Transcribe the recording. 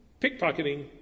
pickpocketing